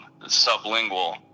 sublingual